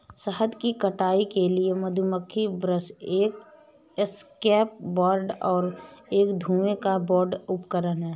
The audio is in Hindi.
शहद की कटाई के लिए मधुमक्खी ब्रश एक एस्केप बोर्ड और एक धुएं का बोर्ड उपकरण हैं